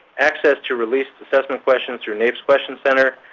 access to released assessment questions through naep's question center,